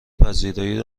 پذیرایی